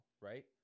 right